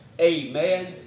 Amen